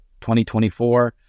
2024